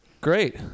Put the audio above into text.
Great